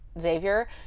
Xavier